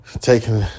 taking